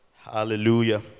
Hallelujah